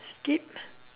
skip